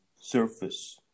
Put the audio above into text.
surface